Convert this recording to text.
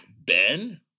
Ben